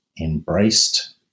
embraced